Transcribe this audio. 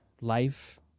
life